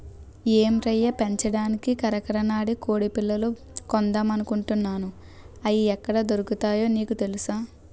ఏం రయ్యా పెంచడానికి కరకనాడి కొడిపిల్లలు కొందామనుకుంటున్నాను, అయి ఎక్కడ దొరుకుతాయో నీకు తెలుసా?